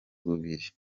bubiri